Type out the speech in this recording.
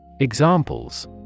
Examples